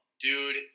Dude